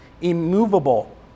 immovable